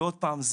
ועוד פעם,